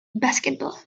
basketball